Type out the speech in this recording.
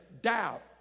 doubt